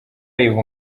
ayiha